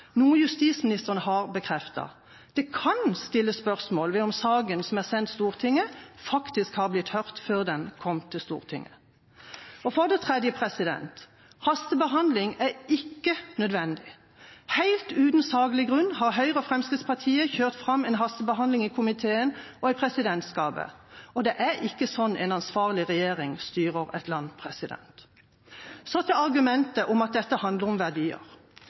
noe justisministeren har bekreftet. Det kan stilles spørsmål ved om saken som er sendt Stortinget, faktisk har blitt hørt før den kom til Stortinget. For det tredje: Hastebehandling er ikke nødvendig. Helt uten saklig grunn har Høyre og Fremskrittspartiet kjørt fram en hastebehandling i komiteen og i presidentskapet. Det er ikke slik en ansvarlig regjering styrer et land. Så til argumentet om at dette handler om verdier.